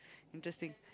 interesting